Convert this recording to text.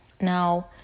Now